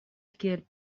kiel